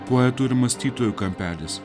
poetų ir mąstytojų kampelis